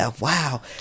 Wow